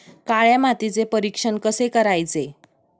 काळ्या मातीचे परीक्षण कसे करायचे?